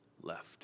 left